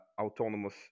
autonomous